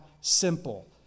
simple